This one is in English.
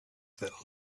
that